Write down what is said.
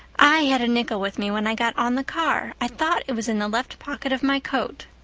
i had a nickel with me when i got on the car. i thought it was in the left pocket of my coat.